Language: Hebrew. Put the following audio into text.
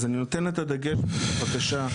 אז אני נותן את הדגש, בבקשה.